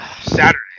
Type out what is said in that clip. Saturday